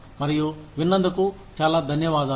మరియు విన్నందుకు చాలా ధన్యవాదాలు